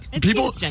People